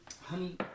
honey